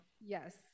yes